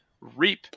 Reap